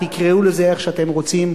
תקראו לזה איך שאתם רוצים,